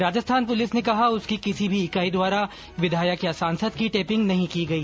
Rajasthan police ने कहा उसकी किसी भी इकाई द्वारा विधायक या सांसद की टैपिंग नहीं की गई